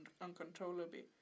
uncontrollably